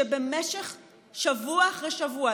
שבמשך שבוע אחרי שבוע,